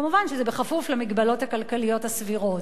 מובן שזה כפוף למגבלות הכלכליות הסבירות.